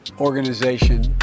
organization